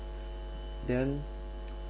then